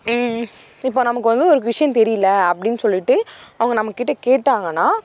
இப்போ நமக்கு வந்து ஒரு விஷயம் தெரியல அப்படின்னு சொல்லிவிட்டு அவங்க நம்மக்கிட்ட கேட்டாங்கன்னா